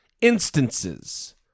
instances